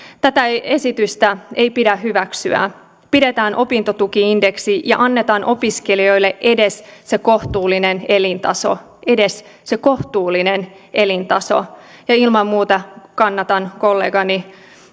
tätä esitystä ei pidä hyväksyä pidetään opintotuki indeksi ja annetaan opiskelijoille edes se kohtuullinen elintaso edes se kohtuullinen elintaso ja ilman muuta kannatan kollegani